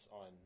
on